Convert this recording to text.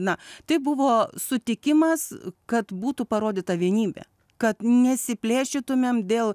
na tai buvo sutikimas kad būtų parodyta vienybė kad nesiplėšytumėm dėl